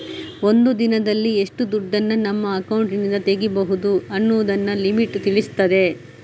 ಒಂದು ದಿನದಲ್ಲಿ ಎಷ್ಟು ದುಡ್ಡನ್ನ ನಮ್ಮ ಅಕೌಂಟಿನಿಂದ ತೆಗೀಬಹುದು ಅನ್ನುದನ್ನ ಲಿಮಿಟ್ ತಿಳಿಸ್ತದೆ